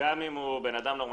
גם אם הוא אדם נורמטיבי,